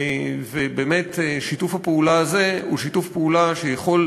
ובאמת שיתוף הפעולה הזה הוא שיתוף פעולה שיכול